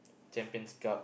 champion star